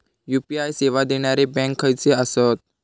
UPI सेवा देणारे bank खयचे आसत?